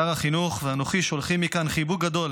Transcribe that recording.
שר החינוך ואנוכי שולחים מכאן חיבוק גדול